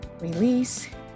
release